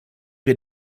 wir